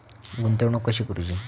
गुंतवणूक कशी करूची?